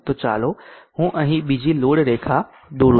તો ચાલો હું અહીં બીજી લોડ રેખા દોરું